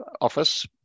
office